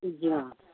جی ہاں